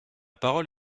parole